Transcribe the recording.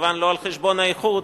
כמובן לא על-חשבון האיכות,